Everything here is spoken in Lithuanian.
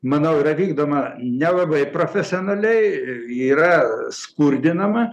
manau yra vykdoma nelabai profesionaliai ji yra skurdinama